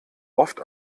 oft